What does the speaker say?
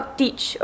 teach